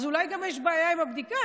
אז אולי גם יש בעיה עם הבדיקה?